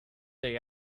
day